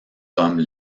comme